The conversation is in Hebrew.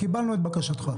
קיבלנו את בקשתך.